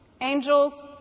Angels